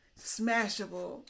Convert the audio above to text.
smashable